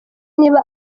niba